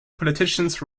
politicians